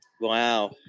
Wow